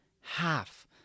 half